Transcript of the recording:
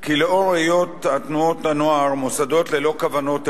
כי לאור היות תנועות הנוער מוסדות ללא כוונות רווח,